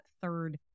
third